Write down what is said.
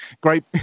Great